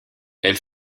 elle